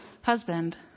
husband